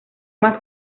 más